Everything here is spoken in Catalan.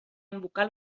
invocar